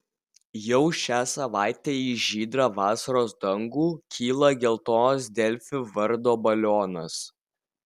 jau šią savaitę į žydrą vasaros dangų kyla geltonas delfi vardo balionas